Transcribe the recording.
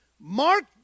Mark